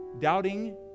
doubting